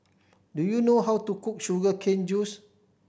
do you know how to cook sugar cane juice